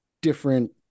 different